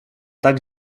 tak